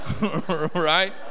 right